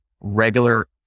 regular